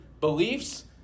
Beliefs